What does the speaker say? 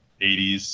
80s